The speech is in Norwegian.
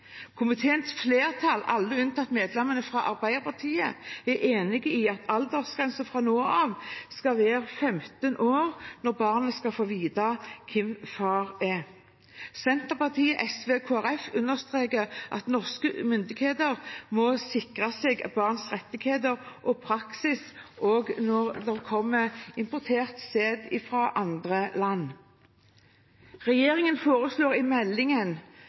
Komiteens flertall, alle unntatt medlemmene fra Arbeiderpartiet, er enig i at aldersgrensen for når barnet skal kunne få vite hvem far er, fra nå av skal være 15 år. Senterpartiet, SV og Kristelig Folkeparti understreker at norske myndigheter må sikre barns rettigheter og praksis når det kommer til sæd importert fra andre land. Regjeringen foreslår i meldingen